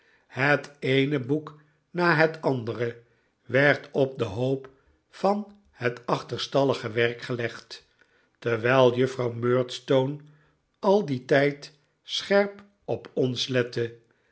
het eene boek na het andere werd op den hoop van het achterstallige werk gelegd terwijl juffrouw murdstone al dien tijd scherp op ons lette